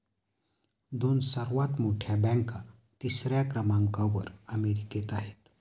दोन सर्वात मोठ्या बँका तिसऱ्या क्रमांकावर अमेरिकेत आहेत